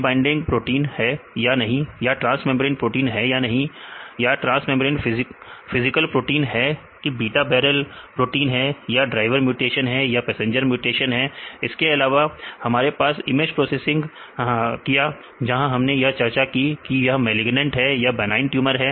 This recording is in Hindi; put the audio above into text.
DNA बाइंडिंग प्रोटीन है या नहीं या ट्रांस मेंब्रेन प्रोटीन है या नहीं या ट्रांस मेंब्रेन फिजिकल प्रोटीन है कीबीटा बैरल प्रोटीन है या ड्राइवरम्यूटेशन है या फिर पैसेंजरम्यूटेशन इसके अलावा हमारे पास इमेज प्रोसेसिंग पिया जहां हमने यह चर्चा की थी कि वह मालिगनेंट है या बनाईन ट्यूमर है